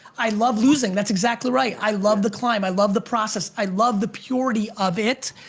i love losing, that's exactly right, i love the climb, i love the process, i love the purity of it,